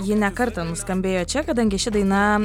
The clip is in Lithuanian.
ji ne kartą nuskambėjo čia kadangi ši daina